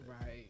Right